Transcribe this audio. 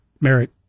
merit